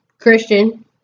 Christian